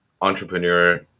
entrepreneur